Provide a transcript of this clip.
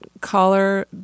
Caller